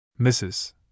Mrs